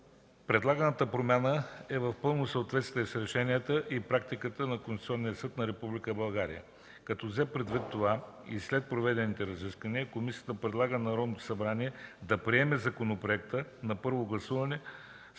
Предлаганата промяна е в пълно съответствие с решенията и практиката на Конституционния съд на Република България. Като взе предвид това, след проведени разисквания комисията предлага на Народното събрание да приеме законопроекта на първо гласуване